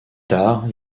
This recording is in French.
tard